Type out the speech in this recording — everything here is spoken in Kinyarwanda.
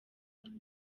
rwanda